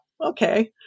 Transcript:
okay